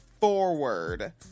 forward